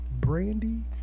Brandy